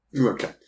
Okay